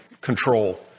control